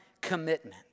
commitment